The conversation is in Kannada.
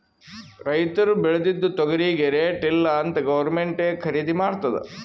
ರೈತುರ್ ಬೇಳ್ದಿದು ತೊಗರಿಗಿ ರೇಟ್ ಇಲ್ಲ ಅಂತ್ ಗೌರ್ಮೆಂಟೇ ಖರ್ದಿ ಮಾಡ್ತುದ್